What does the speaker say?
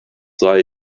sei